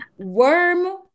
Worm